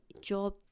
job